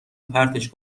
پرتش